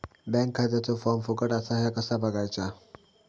Bank खात्याचो form फुकट असा ह्या कसा बगायचा?